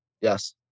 Yes